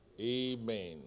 Amen